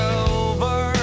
over